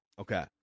Okay